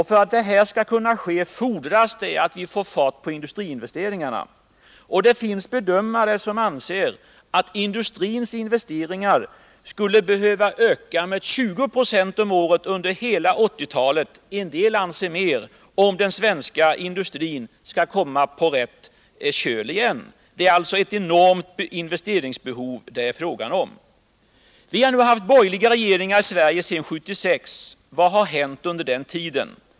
För att det här skall kunna ske fordras att vi får fart på industriinvesteringarna. Det finns bedömare som anser att industrins investeringar skulle behöva öka med 20 20 om året under hela 1980-talet — andra har angett högre tal — om den svenska industrin skall komma på rätt köl igen. Det är alltså ett enormt investeringsbehov det är fråga om. Vi har nu haft borgerliga regeringar i Sverige sedan 1976. Vad har hänt under den tiden?